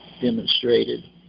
demonstrated